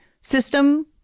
system